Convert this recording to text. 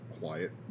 Quiet